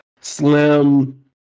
slim